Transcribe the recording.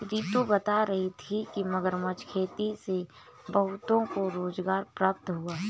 रितु बता रही थी कि मगरमच्छ खेती से बहुतों को रोजगार प्राप्त हुआ है